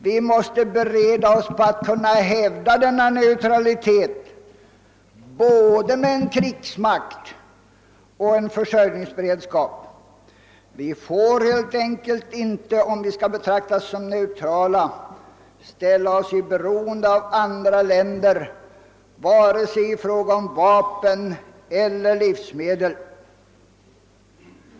Vi måste bereda oss på att kunna hävda denna neutralitet både med en krigsmakt och med en försörjningsberedskap. Vi får helt enkelt inte, om vi skall betraktas som neutrala, ställa oss i beroende av andra länder i fråga om vare sig vapen eller livsmedel.